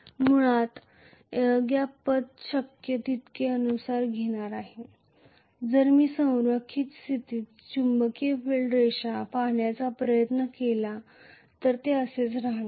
मुळात air gap पथ शक्य तितके अनुसरण केले जाणार नाही जर मी संरेखित स्थितीत चुंबकीय फील्ड रेषा पाहण्याचा प्रयत्न केला तर हे असेच होणार आहे